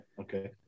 Okay